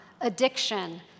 addiction